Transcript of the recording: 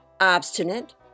Obstinate